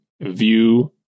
view